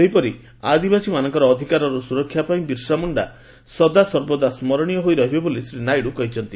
ସେହିପରି ଆଦିବାସୀମାନଙ୍କ ଅଧିକାରର ସୁରକ୍ଷା ପାଇଁ ବିର୍ସା ମୁଣ୍ଡା ସଦାସର୍ବଦା ସ୍କରଣୀୟ ହୋଇ ରହିବେ ବୋଲି ଶ୍ରୀ ନାଇଡୁ କହିଛନ୍ତି